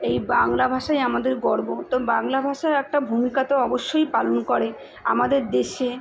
এই বাংলা ভাষাই আমাদের গর্ব তো বাংলা ভাষার একটা ভূমিকা তো অবশ্যই পালন করে আমাদের দেশে